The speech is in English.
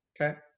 okay